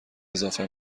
اضافه